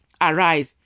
arise